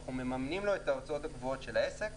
אנחנו ממנים לו את ההוצאות הקבועות של העסק.